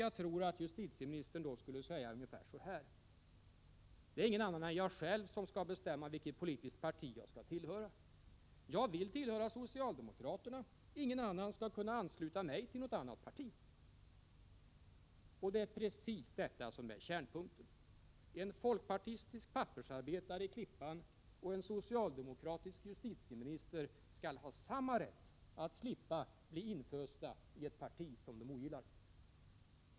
Jag tror att justitieministern då skulle säga ungefär så här: Det är ingen annan än jag själv som skall bestämma vilket politiskt parti jag skall tillhöra. Jag vill tillhöra socialdemokraterna. Ingen annan skall kunna ansluta mig till något annat parti. Det är precis detta som är kärnpunkten. En folkpartistisk pappersarbetare i Klippan och en socialdemokratisk justitieminister skall ha samma rätt att slippa bli infösta i ett parti som de ogillar.